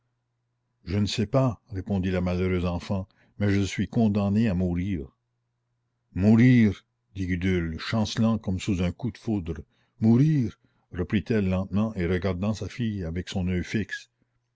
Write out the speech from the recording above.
je ne sais pas répondit la malheureuse enfant mais je suis condamnée à mourir mourir dit gudule chancelant comme sous un coup de foudre mourir reprit-elle lentement et regardant sa fille avec son oeil fixe